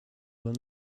will